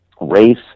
race